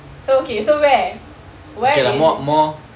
so okay so where where will